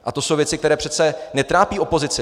A to jsou věci, které přece netrápí opozici.